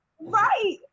Right